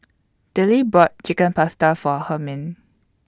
Dillie bought Chicken Pasta For Hermine